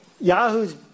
Yahoo's